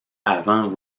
avant